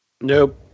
Nope